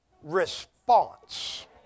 response